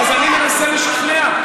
אז אני מנסה לשכנע.